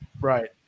right